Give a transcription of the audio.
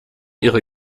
ihre